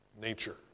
nature